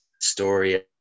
story